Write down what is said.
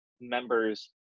members